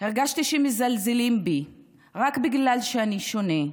הרגשתי שמזלזלים בי רק בגלל שאני שונה,